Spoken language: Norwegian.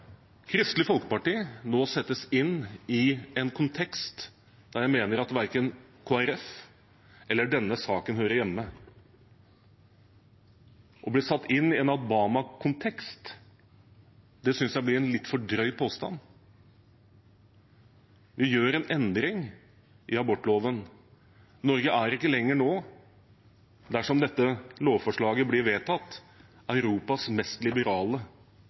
Kristelig Folkeparti nå settes inn i en kontekst der jeg mener at verken Kristelig Folkeparti eller denne saken hører hjemme. Å bli satt inn i en Alabama-kontekst synes jeg blir litt for drøyt. Vi gjør en endring i abortloven. Norge er ikke lenger, dersom dette lovforslaget blir vedtatt, Europas mest liberale